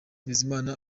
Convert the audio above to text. bizimana